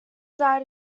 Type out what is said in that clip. died